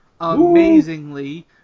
Amazingly